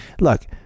Look